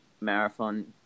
marathon